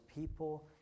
people